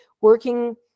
working